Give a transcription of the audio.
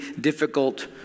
difficult